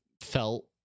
felt